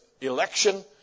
election